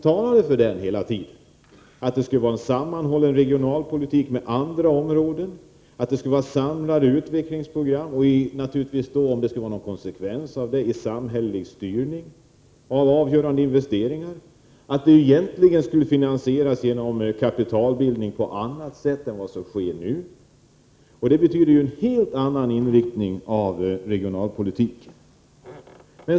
Marianne Stålberg talade hela tiden om att det skulle vara en sammanhållen regionalpolitik, som har anknytning till andra områden, att det skulle vara samlade utvecklingsprogram, att det — naturligtvis, om det skall vara någon konsekvens i det hela — skulle vara en samhällelig styrning i fråga om avgörande investeringar och att finansieringen egentligen skulle ske genom kapitalbildning på annat sätt än som nu sker. Det betyder en helt annan inriktning av regionalpolitiken.